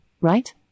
right